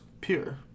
pure